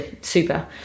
super